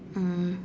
um